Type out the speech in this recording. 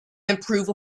improve